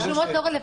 רשומות לא רלוונטי.